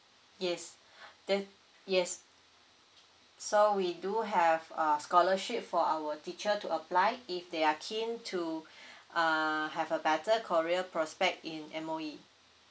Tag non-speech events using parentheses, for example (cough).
yes (breath) ther~ yes so we do have uh scholarship for our teacher to apply if they are keen to (breath) err have a better career prospect in M_O_E